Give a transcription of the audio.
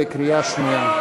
בקריאה שנייה,